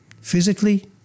physically